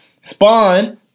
Spawn